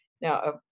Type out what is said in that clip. Now